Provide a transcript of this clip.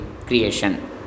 creation